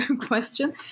question